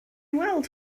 weld